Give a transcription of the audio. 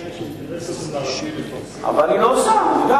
אם לממשלה יש אינטרס הסברתי לפרסם, לא עולה על